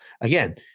again